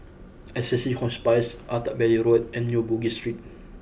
Assisi Hospice Attap Valley Road and New Bugis Street